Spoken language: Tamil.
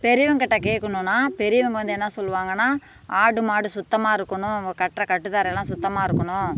பெரியவங்கிட்ட கேக்கணும்னா பெரியவங்க வந்து என்னா சொல்லுவாங்கன்னால் ஆடு மாடு சுத்தமாக இருக்கணும் கட்டுற கட்டு தரை எல்லாம் சுத்தமாக இருக்கணும்